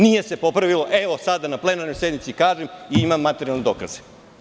Nije se popravilo, evo sada na plenarnoj sednici kažem i imam materijalne dokaze.